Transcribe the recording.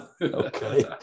okay